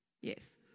Yes